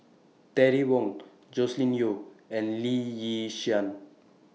Terry Wong Joscelin Yeo and Lee Yi Shyan